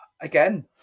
Again